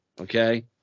okay